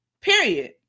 Period